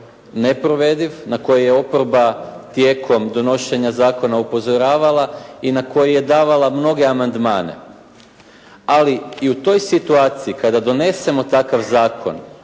na koji je oporba tijekom donošenja zakona upozoravala i na koji je davala mnoge amandmane. Ali u toj situaciji kada donesemo takav zakon